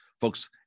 Folks